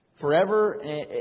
forever